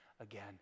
again